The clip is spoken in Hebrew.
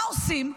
מה עושים?